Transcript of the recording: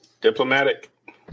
Diplomatic